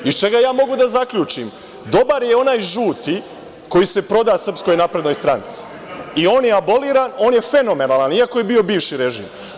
Iz čega ja mogu da zaključim, dobar je onaj žuti koji se proda SNS i on je aboliran, on je fenomenalan iako je bio bivši režim.